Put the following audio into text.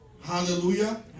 Hallelujah